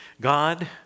God